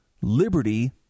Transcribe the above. liberty